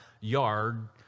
yard